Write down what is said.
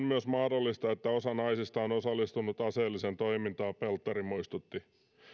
myös mahdollista että osa naisista on osallistunut aseelliseen toimintaan pelttari muistutti